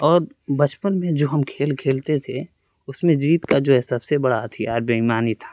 اور بچپن میں جو ہم کھیل کھیلتے تھے اس میں جیت کا جو ہے سب سے بڑا ہتھیار بے ایمانی تھا